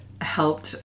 helped